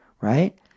right